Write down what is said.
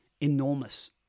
enormous